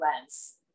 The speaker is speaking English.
lens